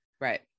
right